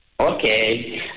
Okay